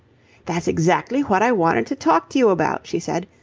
that's exactly what i wanted to talk to you about, she said,